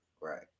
right